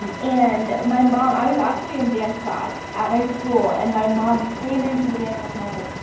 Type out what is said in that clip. um and my mom. i was actually in dance class at my school and my mom came into the dance class. and i was like,